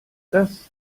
das